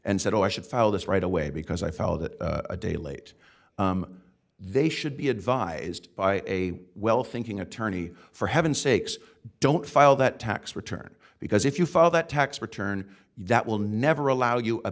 and said oh i should file this right away because i felt it a day late they should be advised by a well thinking attorney for heaven sakes don't file that tax return because if you file that tax return that will never allow you a